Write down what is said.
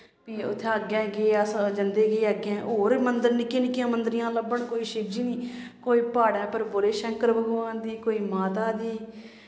फ्ही उत्थें अग्गैं गै अस जंदे गे अग्गैं होर मन्दर निक्के निक्के मन्दरियां लब्भन कोई शिवजी कोई प्हाड़ें उप्पर भोले शंकर भगवान दी कोई माता दी